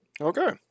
Okay